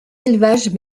élevages